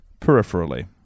peripherally